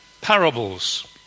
parables